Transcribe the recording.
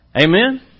Amen